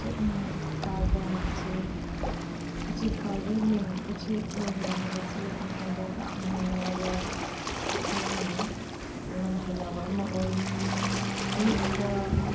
ꯎꯆꯦꯛꯅ ꯄꯥꯏꯕ ꯍꯥꯏꯕꯁꯤ ꯎꯆꯦꯛ ꯄꯥꯏꯕ ꯌꯦꯡꯕ ꯎꯆꯦꯛ ꯌꯦꯡꯕ ꯍꯥꯏꯕꯁꯤ ꯑꯩꯉꯣꯟꯗ ꯌꯥꯝꯅ ꯅꯨꯡꯉꯥꯏꯕ ꯃꯈꯜ ꯑꯃꯅꯤ ꯑꯩꯉꯣꯟꯗ ꯍꯩꯅꯕ ꯑꯃ ꯑꯣꯏ ꯑꯌꯨꯛꯇ